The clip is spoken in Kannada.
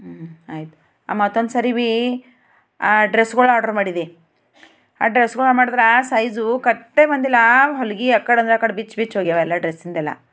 ಹ್ಞೂ ಆಯ್ತು ಮತ್ತೊಂದ್ ಸರೀ ಬಿ ಡ್ರೆಸ್ಗೊಳು ಆರ್ಡರ್ ಮಾಡಿದೆ ಆ ಡ್ರೆಸ್ಗಳು ಮಾಡಿದ್ರೆ ಸೈಜು ಕಟ್ಟೆ ಬಂದಿಲ್ಲ ಆ ಹೊಲಿಗೆ ಯೆಕ್ಕಡೆ ಅಂದ್ರೆ ಯೆಕ್ಕಡ್ ಬಿಚ್ಚಿ ಬಿಚ್ಚಿ ಹೋಗ್ಯವ ಎಲ್ಲ ಡ್ರೆಸ್ಸಿಂದೆಲ್ಲ